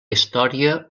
història